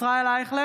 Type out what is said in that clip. נגד ישראל אייכלר,